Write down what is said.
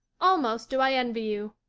almost do i envy you,